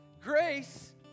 grace